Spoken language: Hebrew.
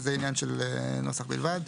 זה עניין של נוסח בלבד.